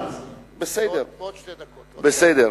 בסדר.